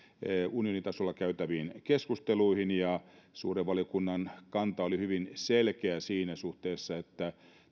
unionin tasolla käytäviin keskusteluihin ja suuren valiokunnan kanta oli hyvin selkeä siinä suhteessa että